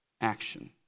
action